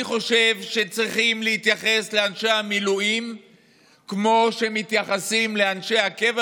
אני חושב שצריכים להתייחס לאנשי המילואים כמו שמתייחסים לאנשי הקבע,